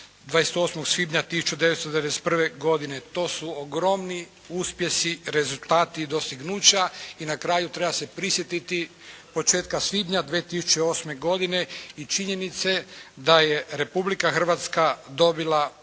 28. svibnja 1991. godine. To su ogromni uspjesi, rezultati i dostignuća. I na kraju, treba se prisjetiti početka svibnja 2008. godine i činjenice da je Republika Hrvatska dobila pozivnicu